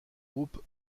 groupe